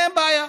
אין בעיה,